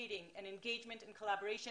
שנמצאים איתנו כאן